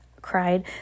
cried